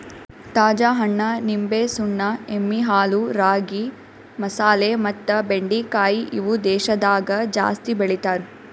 ತಾಜಾ ಹಣ್ಣ, ನಿಂಬೆ, ಸುಣ್ಣ, ಎಮ್ಮಿ ಹಾಲು, ರಾಗಿ, ಮಸಾಲೆ ಮತ್ತ ಬೆಂಡಿಕಾಯಿ ಇವು ದೇಶದಾಗ ಜಾಸ್ತಿ ಬೆಳಿತಾರ್